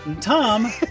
Tom